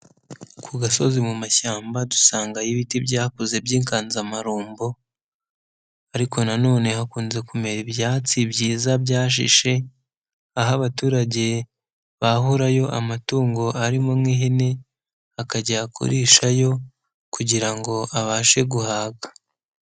Ku gasozi mu mashyamba dusangayo ibiti byakuze by'inganzamarumbo, ariko nanone hakunze kumera ibyatsi byiza byashishe, aho abaturage bahurayo amatungo arimo nk'ihene akajya kurishayo kugira ngo abashe guhaga.